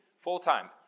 full-time